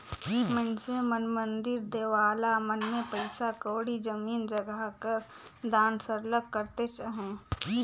मइनसे मन मंदिर देवाला मन में पइसा कउड़ी, जमीन जगहा कर दान सरलग करतेच अहें